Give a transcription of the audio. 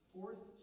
Fourth